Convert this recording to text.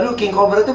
and king cobra